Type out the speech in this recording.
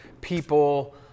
People